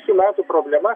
šių metų problema